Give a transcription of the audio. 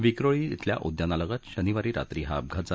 विक्रोळी शिल्या उद्यानालगत शनिवारी रात्री हा अपघात झाला